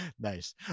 nice